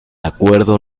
acuerdo